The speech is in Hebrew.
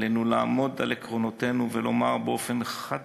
עלינו לעמוד על עקרונותינו ולומר באופן חד